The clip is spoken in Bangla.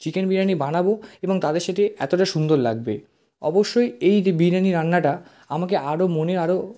চিকেন বিরিয়ানি বানাবো এবং তাদের সেটি এতটা সুন্দর লাগবে অবশ্যই এই যে বিরিয়ানি রান্নাটা আমাকে আরো মনে আরো